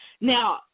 Now